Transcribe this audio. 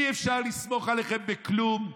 אי-אפשר לסמוך עליכם בכלום.